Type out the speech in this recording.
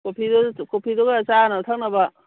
ꯀꯣꯐꯤꯗꯨꯒ ꯆꯥꯅꯕ ꯊꯛꯅꯕ